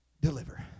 deliver